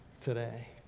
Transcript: today